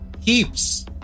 heaps